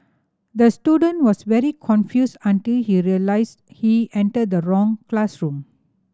the student was very confused until he realised he entered the wrong classroom